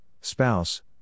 spouse